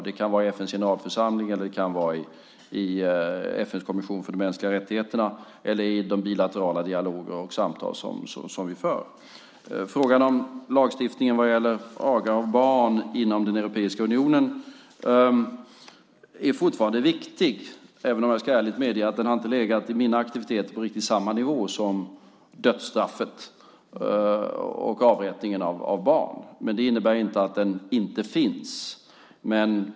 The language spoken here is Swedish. Det kan ske i FN:s generalförsamling, i FN:s kommission för de mänskliga rättigheterna eller i de bilaterala dialoger och samtal som vi för. Frågan om lagstiftningen vad gäller barnaga inom den europeiska unionen är fortfarande viktig, men jag ska ärligt medge att den i mina aktiviteter inte har legat på riktigt samma nivå som dödsstraffet och avrättningen av barn. Men det innebär inte att den inte finns.